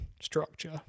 structure